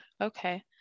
Okay